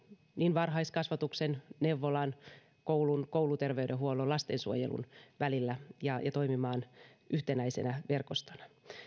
varhaiskasvatuksen neuvolan koulun kouluterveydenhuollon ja lastensuojelun välillä ja ja toimimaan yhtenäisenä verkostona